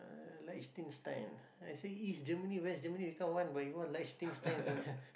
uh Liechtenstein I say East Germany West Germany become one but you want Liechtenstein